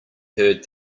heard